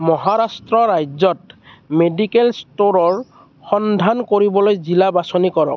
মহাৰাষ্ট্ৰ ৰাজ্যত মেডিকেল ষ্ট'ৰৰ সন্ধান কৰিবলৈ জিলা বাছনি কৰক